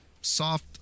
soft